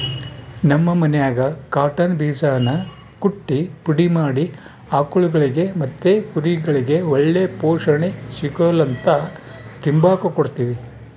ನಮ್ ಮನ್ಯಾಗ ಕಾಟನ್ ಬೀಜಾನ ಕುಟ್ಟಿ ಪುಡಿ ಮಾಡಿ ಆಕುಳ್ಗುಳಿಗೆ ಮತ್ತೆ ಕುರಿಗುಳ್ಗೆ ಒಳ್ಳೆ ಪೋಷಣೆ ಸಿಗುಲಂತ ತಿಂಬಾಕ್ ಕೊಡ್ತೀವಿ